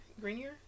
greener